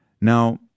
Now